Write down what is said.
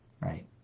right